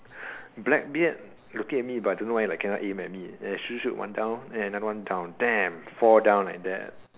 blackbeard locate me but I don't know why he like cannot aim at me then I shoot shoot one down then another one down damn four down like that